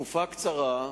תקופה קצרה,